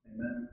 Amen